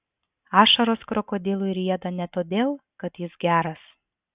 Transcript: ašaros krokodilui rieda ne todėl kad jis geras